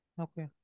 Okay